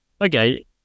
okay